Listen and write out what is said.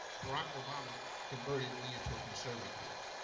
barack obama converted me into a conservative.